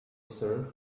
serve